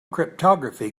cryptography